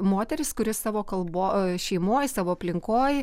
moteris kuri savo kalbo šeimoj savo aplinkoj